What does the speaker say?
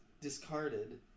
discarded